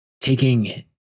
Taking